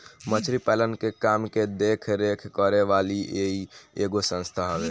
मछरी पालन के काम के देख रेख करे वाली इ एगो संस्था हवे